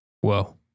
Whoa